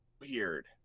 weird